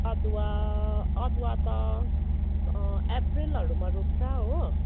अदुवा अदुवा त अप्रेलहरूमा रोप्छ हो